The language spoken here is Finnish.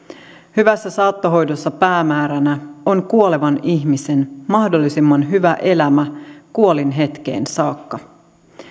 hyvässä saattohoidossa päämääränä on kuolevan ihmisen mahdollisimman hyvä elämä kuolinhetkeen saakka